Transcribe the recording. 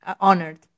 honored